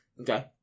Okay